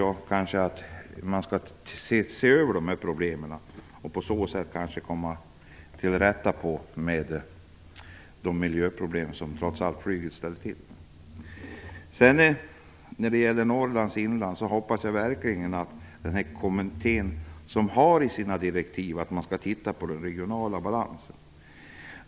Jag tycker att man skall se över problemen för att komma till rätta med de miljöproblem som flyget trots allt ställer till med. När det gäller Norrlands inland hoppas jag verkligen att Kommunikationskommittén ser över den regionala balansen, vilket ingår i kommitténs direktivet.